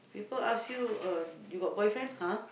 people ask you uh you got boyfriend !huh!